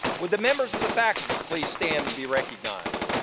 would the members of the faculty please stand and be recognized?